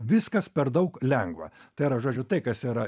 viskas per daug lengva tai yra žodžiu tai kas yra